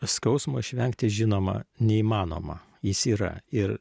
skausmo išvengti žinoma neįmanoma jis yra ir